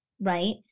right